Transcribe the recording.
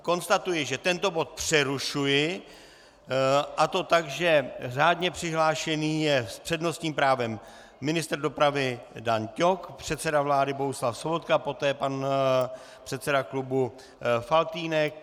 Konstatuji, že tento bod přerušuji, a to tak, že řádně přihlášený je s přednostním právem ministr dopravy Dan Ťok, předseda vlády Bohuslav Sobotka, poté pan předseda klubu Faltýnek.